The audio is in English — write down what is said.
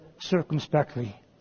circumspectly